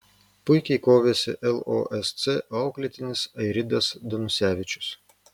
puikiai kovėsi losc auklėtinis airidas danusevičius